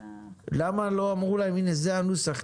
למה לא אמרו להם: זה הנוסח,